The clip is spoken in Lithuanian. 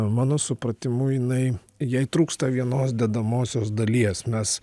mano supratimu jinai jai trūksta vienos dedamosios dalies mes